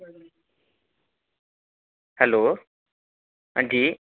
hello अंजी